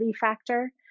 factor